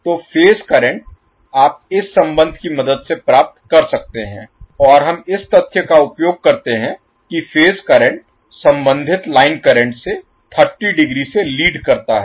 तो phase current आप इस संबंध की मदद से प्राप्त कर सकते हैं और हम इस तथ्य का उपयोग करते हैं कि फेज करंट सम्बंधित लाइन करंट से 30 डिग्री से लीड करता है